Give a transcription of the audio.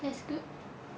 that's good